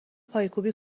پایکوبی